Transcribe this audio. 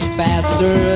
faster